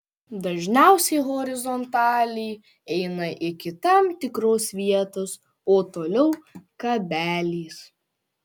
dažniausiai horizontaliai eina iki tam tikros vietos o toliau kabeliais